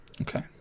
Okay